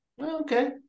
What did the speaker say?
okay